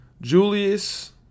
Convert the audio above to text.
Julius